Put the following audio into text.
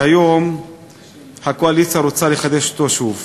והיום הקואליציה רוצה לחדש אותו שוב.